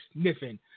sniffing